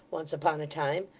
once upon a time,